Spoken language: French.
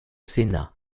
sénat